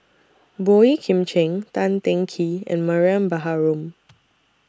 Boey Kim Cheng Tan Teng Kee and Mariam Baharom